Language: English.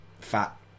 fat